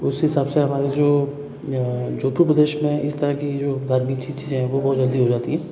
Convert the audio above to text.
उस हिसाब से हमारे जो जोधपुर प्रदेश में इस तरह की जो धार्मिक चीज़ें हैं वह बहुत जल्दी हो जाती है